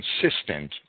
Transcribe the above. consistent